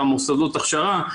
מוסדות ההכשרה.